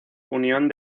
unión